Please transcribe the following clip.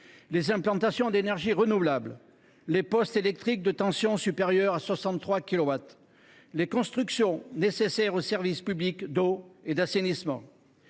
les implantations d’énergies renouvelables, les postes électriques d’une tension supérieure à 63 kilowatts ou encore les constructions nécessaires aux services publics d’eau et d’assainissement